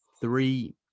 three